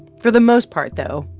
for the most part, though,